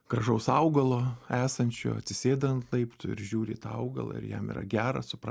gražaus augalo esančio atsisėda ant laiptų ir žiūri į tą augalą ir jam yra gera supranta